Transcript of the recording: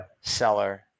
seller